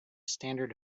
standard